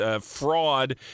fraud